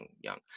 Young